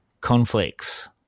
conflicts